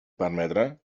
permetre